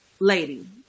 lady